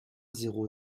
zéro